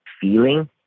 feeling